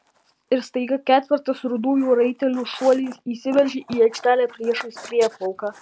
ir staiga ketvertas rudųjų raitelių šuoliais įsiveržė į aikštelę priešais prieplauką